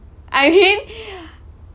I mean